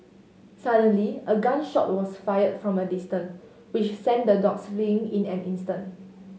suddenly a gun shot was fired from a distance which sent the dogs fleeing in an instant